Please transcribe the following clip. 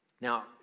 Now